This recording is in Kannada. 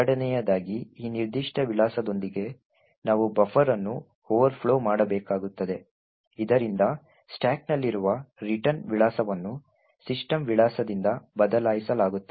ಎರಡನೆಯದಾಗಿ ಈ ನಿರ್ದಿಷ್ಟ ವಿಳಾಸದೊಂದಿಗೆ ನಾವು ಬಫರ್ ಅನ್ನು ಓವರ್ಫ್ಲೋ ಮಾಡಬೇಕಾಗುತ್ತದೆ ಇದರಿಂದ ಸ್ಟಾಕ್ನಲ್ಲಿರುವ ರಿಟರ್ನ್ ವಿಳಾಸವನ್ನು ಸಿಸ್ಟಮ್ ವಿಳಾಸದಿಂದ ಬದಲಾಯಿಸಲಾಗುತ್ತದೆ